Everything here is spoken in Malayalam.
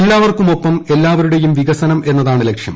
എല്ലാവർക്കുമൊപ്പം എല്ലാവരുടേയും വികസനം എന്നതാണ് ലക്ഷ്യം